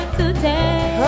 today